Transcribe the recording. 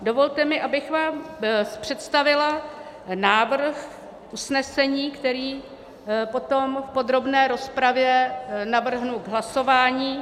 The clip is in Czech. Dovolte, abych vám představila návrh usnesení, který potom v podrobné rozpravě navrhnu k hlasování.